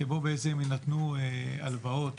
שבה בעצם יינתנו הלוואות